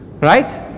Right